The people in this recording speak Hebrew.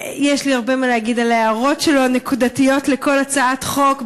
יש לי הרבה מה להגיד על ההערות הנקודתיות שלו על כל הצעת חוק.